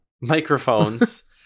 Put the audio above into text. microphones